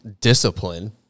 Discipline